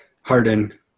Harden